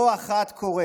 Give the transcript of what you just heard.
לא אחת קורה